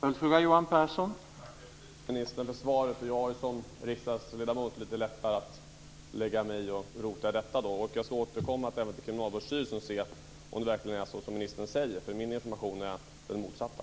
Herr talman! Jag tackar justitieministern för svaret. Jag som riksdagsledamot har lite lättare att lägga mig i och rota i detta, och jag ska återkomma även till Kriminalvårdsstyrelsen för att ta reda på om det verkligen är som ministern säger. Min information är nämligen den motsatta.